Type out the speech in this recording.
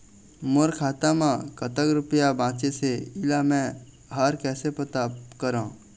मोर खाता म कतक रुपया बांचे हे, इला मैं हर कैसे पता करों?